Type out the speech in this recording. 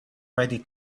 already